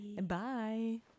Bye